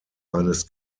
eines